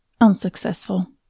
unsuccessful